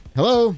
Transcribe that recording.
Hello